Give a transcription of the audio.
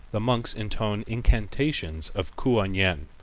the monks intone incantations of kuan yin,